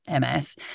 MS